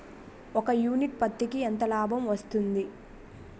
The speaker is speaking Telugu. ఒక యూనిట్ పత్తికి ఎంత లాభం వస్తుంది?